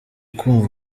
kumva